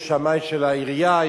יש שמאי של העירייה,